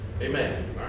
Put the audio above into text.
Amen